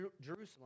Jerusalem